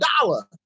Dollar